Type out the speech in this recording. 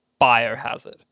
Biohazard